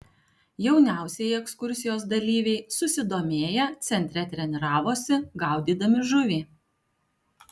jauniausieji ekskursijos dalyviai susidomėję centre treniravosi gaudydami žuvį